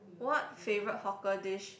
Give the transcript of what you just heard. what favourite hawker dish